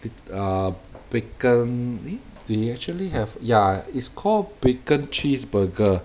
bac~ ah bacon eh did it actually have ya it's called bacon cheeseburger